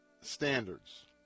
standards